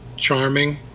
Charming